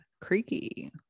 creaky